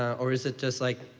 or is it just like,